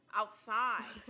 outside